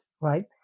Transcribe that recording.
right